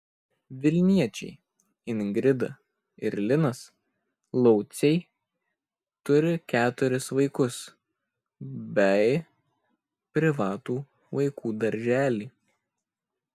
vilniečiai ingrida ir linas lauciai turi keturis vaikus bei privatų vaikų darželį